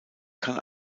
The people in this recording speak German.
kann